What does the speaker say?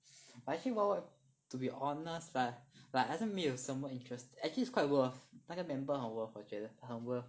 but actually Wild Wild Wet to be honest lah like 好像没有什么 interest~ actually is quite worth 那个 member 很 worth 我觉得很 worth